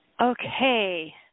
Okay